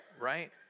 right